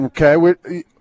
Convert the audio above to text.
Okay